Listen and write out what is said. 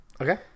Okay